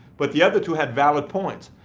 but the other two had valid points.